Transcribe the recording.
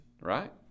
right